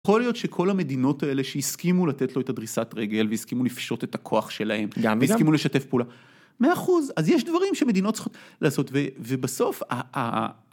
יכול להיות שכל המדינות האלה שהסכימו לתת לו את הדריסת רגל והסכימו לפשוט את הכוח שלהם, גם וגם, והסכימו לשתף פעולה. מאה אחוז, אז יש דברים שמדינות צריכות לעשות, ובסוף ה...